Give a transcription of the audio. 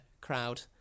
crowd